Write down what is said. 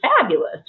fabulous